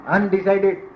Undecided